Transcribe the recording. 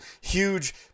huge